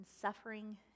suffering